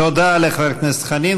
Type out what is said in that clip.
תודה לחבר הכנסת חנין.